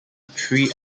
three